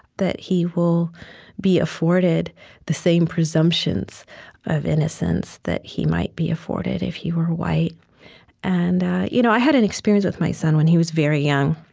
that he will be afforded the same presumptions of innocence that he might be afforded if he were white and i you know i had an experience with my son when he was very young.